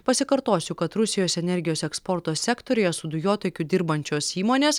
pasikartosiu kad rusijos energijos eksporto sektoriuje su dujotakiu dirbančios įmonės